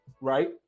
right